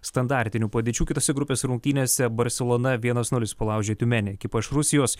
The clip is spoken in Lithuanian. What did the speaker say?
standartinių padėčių kitose grupės rungtynėse barselona vienas nulis palaužė tiumenė ekipą iš rusijos